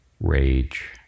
rage